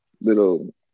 little